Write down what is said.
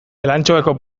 elantxobeko